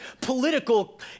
political